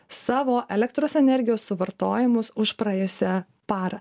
savo elektros energijos suvartojimus už praėjusią parą